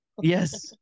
Yes